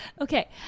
okay